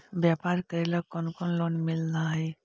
व्यापार करेला कौन कौन लोन मिल हइ?